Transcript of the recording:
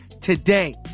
today